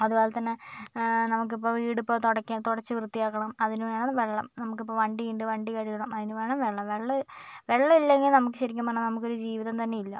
അതുപോലെ തന്നെ നമുക്ക് ഇപ്പോൾ വീട് ഇപ്പോൾ തുടയ്ക്കാൻ തുടച്ച് വൃത്തിയാക്കാണം അതിന് വേണം വെള്ളം നമുക്കിപ്പോൾ വണ്ടിയുണ്ട് വണ്ടി കഴുകണം അതിന് വേണം വെള്ളം വെള്ളം വെള്ളം ഇല്ലെങ്കിൽ നമുക്ക് ശരിക്കും പറഞ്ഞാൽ നമുക്ക് ഒരു ജീവിതം തന്നെയില്ല